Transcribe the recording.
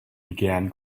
began